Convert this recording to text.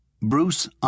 Bruce